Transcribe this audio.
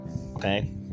okay